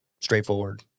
straightforward